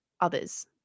others